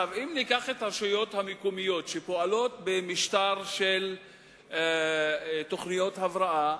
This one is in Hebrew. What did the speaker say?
אם ניקח את הרשויות המקומיות שפועלות במשטר של תוכניות הבראה,